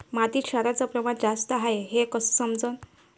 मातीत क्षाराचं प्रमान जास्त हाये हे कस समजन?